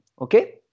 Okay